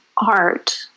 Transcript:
art